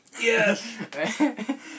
Yes